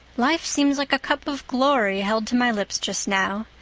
life seems like a cup of glory held to my lips just now.